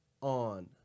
on